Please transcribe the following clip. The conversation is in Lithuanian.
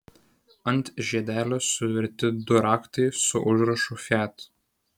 ant žiedelio suverti du raktai su užrašu fiat